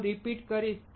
હું રીપીટ કરીશ